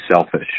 selfish